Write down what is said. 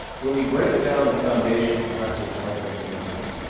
when we break down the foundation of classic market economics.